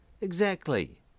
Exactly